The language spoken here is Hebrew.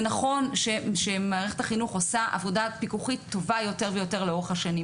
זה נכון שמערכת החינוך עושה עבודה פיקוחית טובה יותר ויותר לאורך השנים.